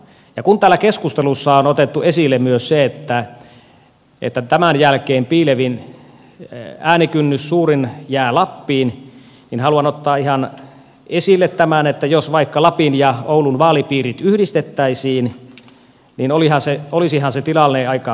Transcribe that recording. kun täällä keskustelussa on otettu esille myös se että tämän jälkeen piilevin äänikynnys suurin jää lappiin niin haluan ottaa ihan esille tämän että jos vaikka lapin ja oulun vaalipiirit yhdistettäisiin niin olisihan se tilanne aika mahdoton